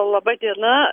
laba diena